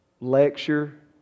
lecture